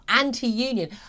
Anti-union